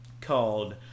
called